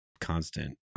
constant